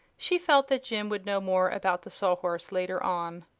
she felt that jim would know more about the saw-horse later on.